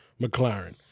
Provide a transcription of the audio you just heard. McLaren